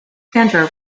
sandra